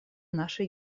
нашей